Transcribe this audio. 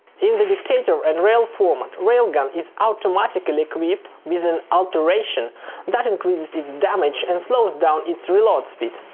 in the dictator and rail format, railgun is automatically equipped with an alteration that increases its damage and slows down its reload speed.